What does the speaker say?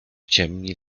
ciemni